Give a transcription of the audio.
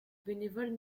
bénévoles